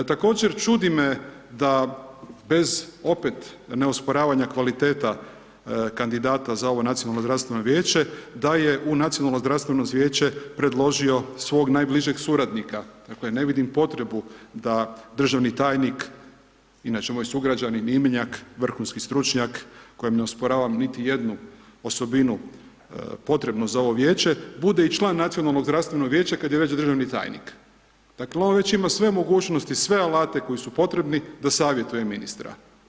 Također, čudi me da bez opet neosporavanja kvaliteta kandidata za ovo Nacionalno zdravstveno vijeće, da je u Nacionalno zdravstveno vijeće predložio svog najbližeg suradnika, dakle, ne vidim potrebu da državni tajnik, inače moj sugrađanin i imenjak, vrhunski stručnjak kojem ne osporavam niti jednu osobinu potrebnu za ovo vijeće, bude i član Nacionalnog zdravstvenog vijeća, kad je već državni tajnik, dakle, on već ima sve mogućnosti, sve alate koji su potrebni da savjetuje ministra.